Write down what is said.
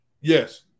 Yes